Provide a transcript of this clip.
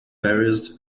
various